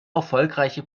erfolgreiche